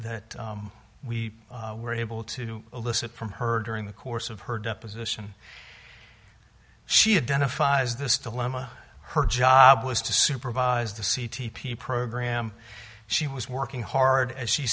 that we were able to elicit from her during the course of her deposition she had done a five's this dilemma her job was to supervise the c t p program she was working hard as she